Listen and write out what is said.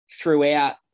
throughout